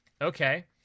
Okay